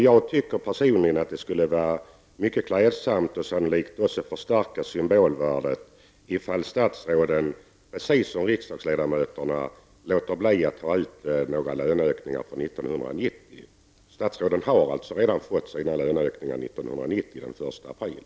Jag tycker personligen att det skulle vara mycket klädsamt och sannolikt också förstärka symbolvärdet om statsråden, precis som riksdagsledamöterna, låter bli att ta ut några löneökningar för 1990. Statsråden har alltså redan fått sina löneökningar den 1 april 1990.